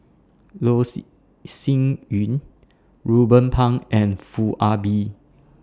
Loh See Sin Yun Ruben Pang and Foo Ah Bee